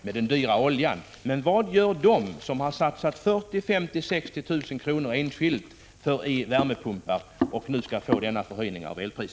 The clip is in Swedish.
Men — 10 april 1986 vad gör de som har satsat 40 000-60 000 kr. på värmepumpar och nu drabbas